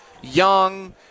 Young